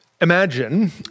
Imagine